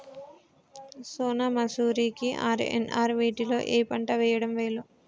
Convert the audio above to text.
సోనా మాషురి కి ఆర్.ఎన్.ఆర్ వీటిలో ఏ పంట వెయ్యడం మేలు?